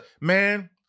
man